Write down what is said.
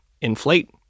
inflate